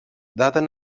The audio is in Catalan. daten